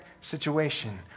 situation